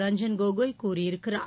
ரஞ்சன் கோகாய் கூறியிருக்கிறார்